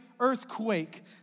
earthquake